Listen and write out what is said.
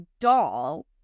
doll